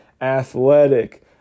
Athletic